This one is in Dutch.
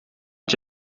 het